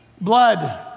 Blood